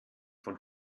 von